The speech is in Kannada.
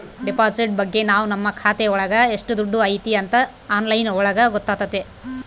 ಡೆಪಾಸಿಟ್ ಬಗ್ಗೆ ನಾವ್ ನಮ್ ಖಾತೆ ಒಳಗ ಎಷ್ಟ್ ದುಡ್ಡು ಐತಿ ಅಂತ ಆನ್ಲೈನ್ ಒಳಗ ಗೊತ್ತಾತತೆ